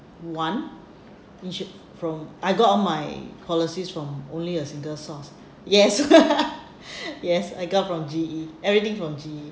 one insu~ from I got all my policies from only a single source yes yes I got from G_E everything from G_E